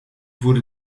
wurde